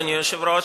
אדוני היושב-ראש,